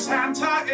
Santa